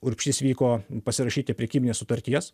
urbšys vyko pasirašyti prekybinės sutarties